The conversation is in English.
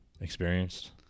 experienced